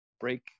break